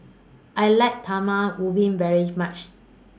I like Talam Ubi very much